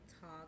talk